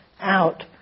out